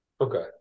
Okay